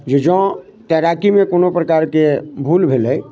जँ तैराकीमे कोनो प्रकारके भूल भेलै